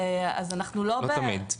לא תמיד.